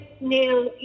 Neil